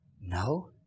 No